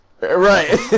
Right